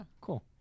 Cool